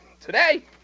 Today